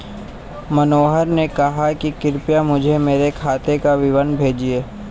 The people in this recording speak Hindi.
मनोहर ने कहा कि कृपया मुझें मेरे खाते का विवरण भेजिए